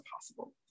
possible